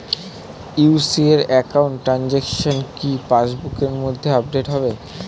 UCO account transaction কি পাস বুকের মধ্যে আপডেট হবে?